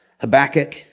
Habakkuk